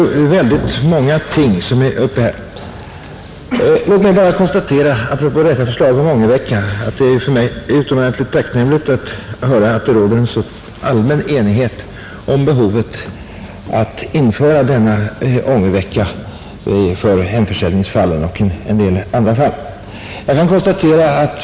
Det är alltså väldigt många ting som är uppe här, Låt mig bara konstatera apropå detta förslag om ångervecka att det för mig är utomordentligt tacknämligt att höra att det råder en så allmän enighet om behovet att införa denna ångervecka för hemförsäljningsfall och en del andra fall.